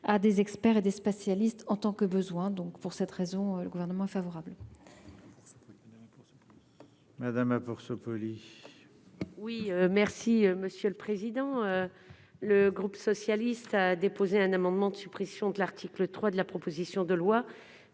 à des experts et des spatiale liste en tant que besoin donc pour cette raison, le gouvernement favorable.